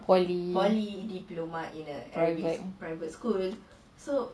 polytechnic private